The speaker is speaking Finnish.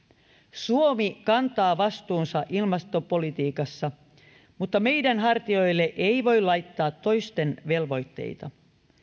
suomi kantaa vastuunsa ilmastopolitiikassa mutta meidän hartioillemme ei voi laittaa toisten velvoitteita